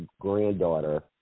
granddaughter